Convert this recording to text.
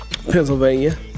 Pennsylvania